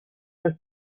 have